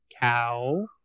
Cow